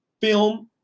film